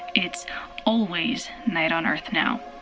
it's always night on earth, now.